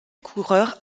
coureurs